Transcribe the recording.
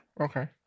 Okay